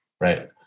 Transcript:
right